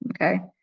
okay